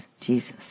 Jesus